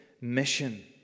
mission